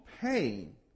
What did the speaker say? pain